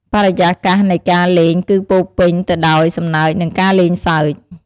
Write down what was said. បរិយាកាសនៃការលេងគឺពោរពេញទៅដោយសំណើច និងការលេងសើច។